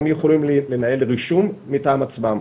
הם יכולים לנהל רישום מטעם עצמם.